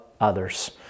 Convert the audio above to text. others